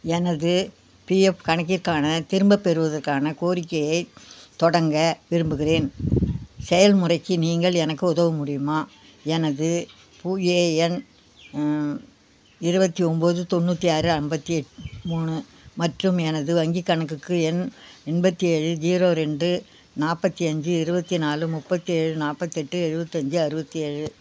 எனது பிஎஃப் கணக்கிற்கான திரும்பப் பெறுவதற்கான கோரிக்கையை தொடங்க விரும்புகிறேன் செயல்முறைக்கு நீங்கள் எனக்கு உதவ முடியுமா எனது புஏ எண் இருபத்தி ஒம்பது தொண்ணுாற்றி ஆறு ஐம்பத்தி எட் மூணு மற்றும் எனது வங்கிக் கணக்குக்கு எண் எண்பத்தி ஏழு ஜீரோ ரெண்டு நாற்பத்தி அஞ்சு இருபத்தி நாலு முப்பத்தேழு நாற்பத்தெட்டு எழுவத்தஞ்சு அறுபத்தேழு